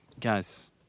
Guys